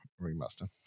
remaster